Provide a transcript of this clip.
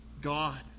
God